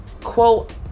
Quote